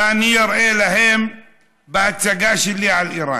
ואני אראה להם בהצגה שלי על איראן.